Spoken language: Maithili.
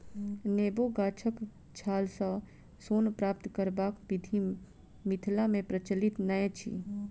नेबो गाछक छालसँ सोन प्राप्त करबाक विधि मिथिला मे प्रचलित नै अछि